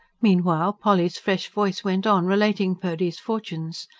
meanwhile polly's fresh voice went on, relating purdy's fortunes.